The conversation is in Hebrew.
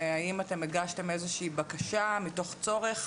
האם אתם הגשתם איזו שהיא בקשה מתוך צורך